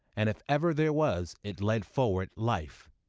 and if ever there was it led forward life,